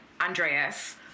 Andreas